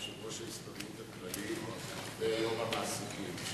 יושב-ראש ההסתדרות הכללית ויושב-ראש המעסיקים.